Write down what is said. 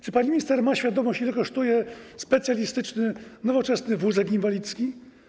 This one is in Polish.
Czy pani minister ma świadomość, ile kosztuje specjalistyczny, nowoczesny wózek inwalidzki?